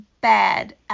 bad